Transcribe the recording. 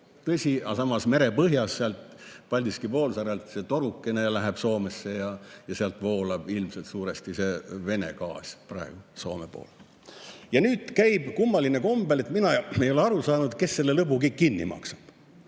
Tõsi, samas merepõhjas sealt Paldiski poolsaarelt läheb torukene Soomesse ja sealt voolab ilmselt suuresti Vene gaas praegu Soome poole. Nüüd, kummalisel kombel mina ei ole aru saanud, kes selle lõbu kõik kinni maksab.